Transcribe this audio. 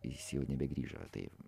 jis jau nebegrįžo tai